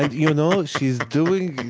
you know, she's doing